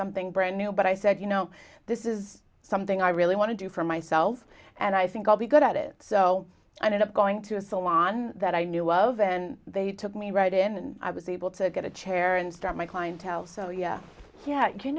something brand new but i said you know this is something i really want to do for myself and i think i'll be good at it so i ended up going to a salon that i knew of and they took me right in and i was able to get a chair and start my clientele so yes yet you